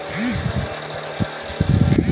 provident fund की कुछ नियम एवं शर्तें भी हुआ करती हैं